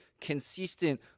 consistent